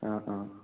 অঁ অঁ